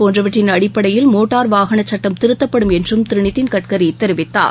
போன்றவற்றின் அடிப்படையில் மோட்டார் வாகனச் சட்டம் திருத்தப்படும் என்றும் திருநிதின் கட்கரிதெரிவித்தார்